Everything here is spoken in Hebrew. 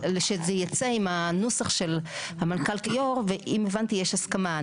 אבל שזה ייצא עם הנוסח של המנכ"ל כיו"ר ואם הבנתי יש הסכמה.